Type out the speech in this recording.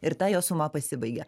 ir ta jo suma pasibaigia